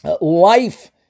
Life